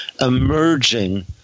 emerging